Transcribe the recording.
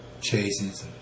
chases